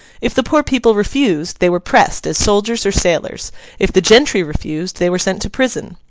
if the poor people refused, they were pressed as soldiers or sailors if the gentry refused, they were sent to prison.